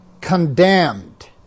Condemned